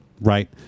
Right